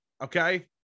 okay